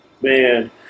Man